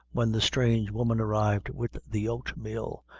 when the strange woman arrived with the oat-meal,